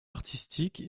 artistique